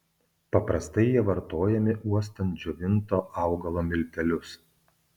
paprastai jie vartojami uostant džiovinto augalo miltelius